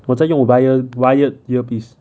我在用我 wire wired earpiece